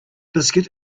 biscuit